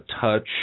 touch